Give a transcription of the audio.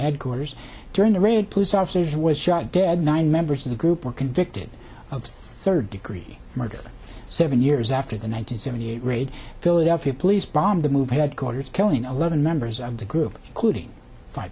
headquarters during the raid police officers was shot dead nine members of the group were convicted of third degree murder seven years after the nine hundred seventy eight raid philadelphia police bombed the movie headquarters killing eleven members of the group including five